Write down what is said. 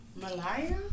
Malaya